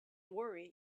worry